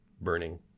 burning